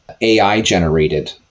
AI-generated